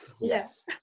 yes